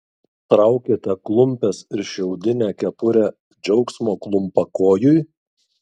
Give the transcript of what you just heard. traukiate klumpes ir šiaudinę kepurę džiaugsmo klumpakojui